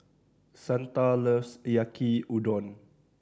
Santa loves Yaki Udon